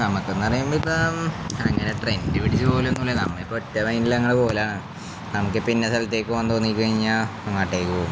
നമുക്കന്ന് പറയുമ്പ ഇപ്പം അങ്ങനെ ട്രെൻഡ പിടിച്ച് പോലുംൊന്നൂല്ല നമ്മളിപ്പ ഒറ്റ വൈനില അങ്ങെ പോലാണ് നമുക്കി പിന്ന സ്ഥലത്തേക്ക് പോവാൻ തോന്നി കഴിഞ്ഞാങ്ങാട്ടേക്ക് പോകും